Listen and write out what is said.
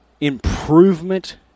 improvement